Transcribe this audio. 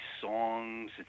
songs